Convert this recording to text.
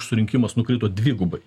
surinkimas nukrito dvigubai